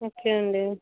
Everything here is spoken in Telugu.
ఓకే అండి